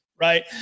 right